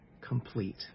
complete